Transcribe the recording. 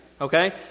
Okay